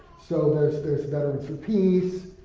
so there's there's veterans for peace,